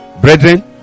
brethren